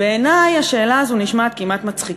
בעיני, השאלה הזאת נשמעת כמעט מצחיקה.